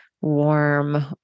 warm